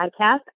podcast